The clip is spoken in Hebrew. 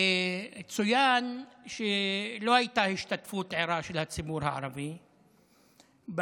צוין שלא הייתה השתתפות ערה של הציבור הערבי בהפגנה.